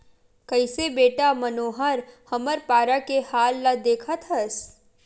कइसे बेटा मनोहर हमर पारा के हाल ल देखत हस